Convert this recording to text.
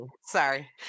Sorry